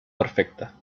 perfecta